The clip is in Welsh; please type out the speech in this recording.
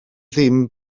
ddim